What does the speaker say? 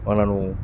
ਉਨ੍ਹਾਂ ਨੂੰ